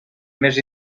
més